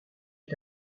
est